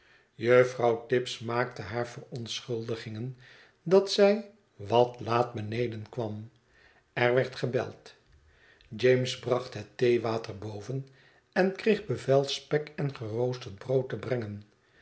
juffrouw tibbs maaktehaar verontschuldigingen dat zij wat laat beneden kwam er werd gebeld james bracht het theewater boven en kreeg bevel spek en geroosterd brood te brengen